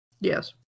Yes